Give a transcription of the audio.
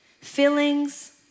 Feelings